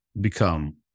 become